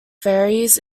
varies